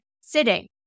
sitting